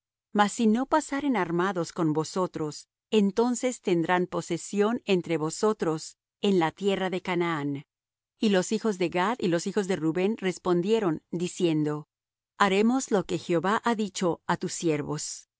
mas si no pasaren armados con vosotros entonces tendrán posesión entre vosotros en la tierra de canaán y los hijos de gad y los hijos de rubén respondieron diciendo haremos lo que jehová ha dicho á tus siervos